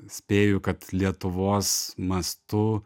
spėju kad lietuvos mastu